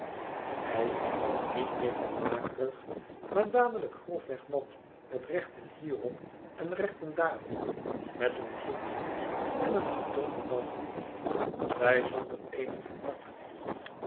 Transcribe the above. hij niet meer hofmakerig maar dadelijk grofweg man met rechten hierop en rechten daarop met een vloek nu en een gedonder dan weêr zij zonder eenigen tact